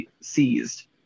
seized